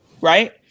right